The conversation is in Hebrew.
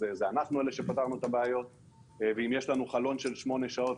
אז זה אנחנו אלה שפתרנו את הבעיותואם יש לנו חלון של שמונה שעות,